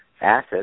acid